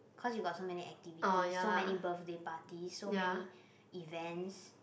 cause you got so many activities so many birthday parties so many events